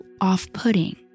off-putting